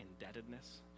indebtedness